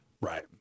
Right